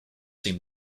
seem